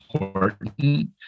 important